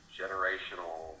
generational